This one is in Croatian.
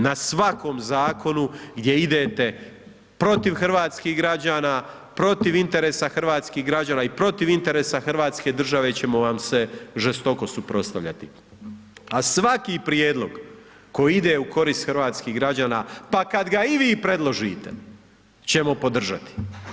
Na svakom zakonu gdje idete protiv hrvatskih građana, protiv interesa hrvatskih građana i protiv interesa hrvatske države ćemo vam se žestoko suprotstavljati a svaki prijedlog koji ide u korist hrvatskih građana, pa kad ga i vi predložite ćemo podržati.